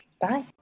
Bye